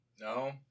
no